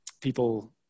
people